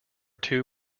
two